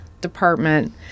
department